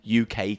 UK